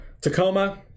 Tacoma